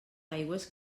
aigües